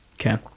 Okay